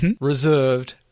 Reserved